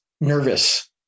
nervous